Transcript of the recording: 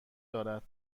دارد